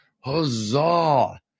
Huzzah